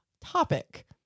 topic